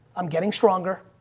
i'm getting stronger.